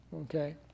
Okay